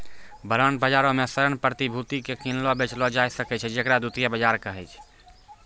bond बजारो मे ऋण प्रतिभूति के किनलो बेचलो जाय सकै छै जेकरा द्वितीय बजार कहै छै